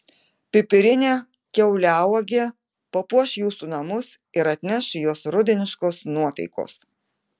pipirinė kiauliauogė papuoš jūsų namus ir atneš į juos rudeniškos nuotaikos